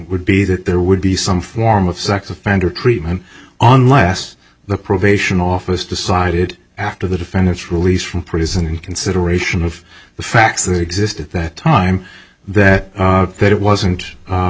would be that there would be some form of sex offender treatment unless the probation office decided after the defendants released from prison and consideration of the facts that exist at that time that that it wasn't